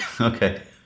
Okay